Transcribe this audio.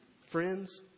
friends